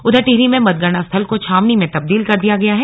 उधर टिहरी में मतगणना स्थल को छावनी में तब्दील कर दिया गया है